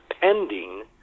pending